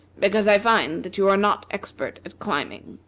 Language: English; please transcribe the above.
because i find that you are not expert at climbing.